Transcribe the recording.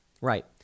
Right